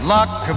Luck